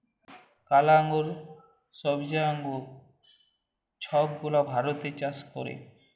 কালা আঙ্গুর, ছইবজা আঙ্গুর ছব গুলা ভারতে চাষ ক্যরে